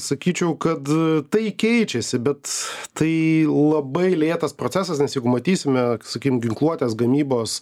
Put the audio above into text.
sakyčiau kad tai keičiasi bet tai labai lėtas procesas nes jeigu matysime sakykim ginkluotės gamybos